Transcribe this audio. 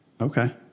okay